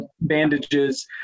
bandages